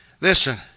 Listen